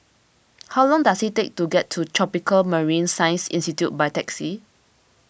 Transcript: how long does it take to get to Tropical Marine Science Institute by taxi